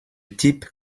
type